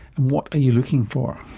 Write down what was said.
and what are you looking for?